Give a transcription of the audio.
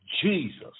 Jesus